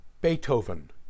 Beethoven